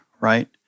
right